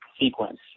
sequence